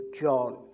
John